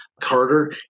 Carter